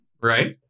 Right